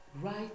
right